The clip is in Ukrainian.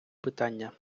питання